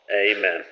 Amen